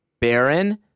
Baron